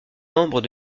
membres